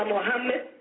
Muhammad